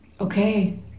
Okay